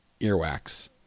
earwax